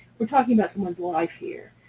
we're talking about someone's life here,